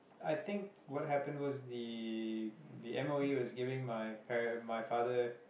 I think what happen was the the m_o_e was giving my pa~ my father